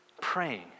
Praying